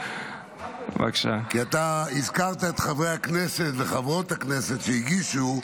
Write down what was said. כי אתה הזכרת את חברי הכנסת וחברות הכנסת שהגישו.